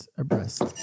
abreast